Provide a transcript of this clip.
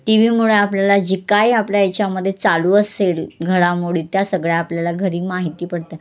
T व्हीमुळे आपल्याला जी काही आपल्या याच्यामध्ये चालू असेल घडामोडी त्या सगळ्या आपल्याला घरी माहिती पडतं